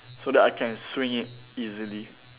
so that I can swing it easily